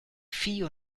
vieh